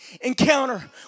encounter